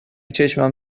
چشمم